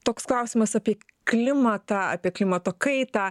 toks klausimas apie klimatą apie klimato kaitą